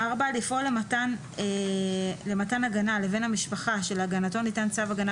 לפעול למתן הגנה לבן המשפחה שלהגנתו ניתן צו הגנה